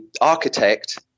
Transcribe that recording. architect